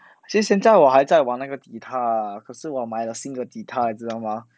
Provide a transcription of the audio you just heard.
其实我现在还在玩那个 guitar 可是我买了新的 guitar 你知道吗